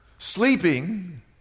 sleeping